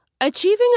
Achieving